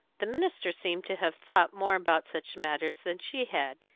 the minister seemed to have thought more about such matters than she had,